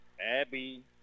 Abby